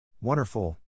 Wonderful